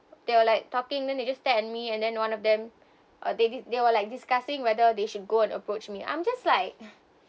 they were like talking then they just stare at me and then one of them uh they they were like discussing whether they should go and approach me I'm just like